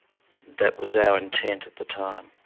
that was our intent at the time.